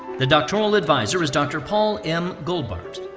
the doctoral advisor is dr. paul m. goldbart.